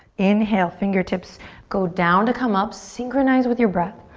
inhale, fingertips go down to come up. synchronize with your breath.